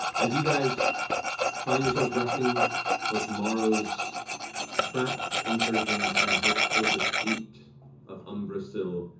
as you guys find yourselves resting for tomorrow's trap incursion and hopeful defeat of umbrasyl,